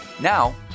Now